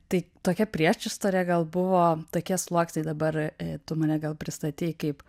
tai tokia priešistorė gal buvo tokie sluoksniai dabar tu mane gal pristatei kaip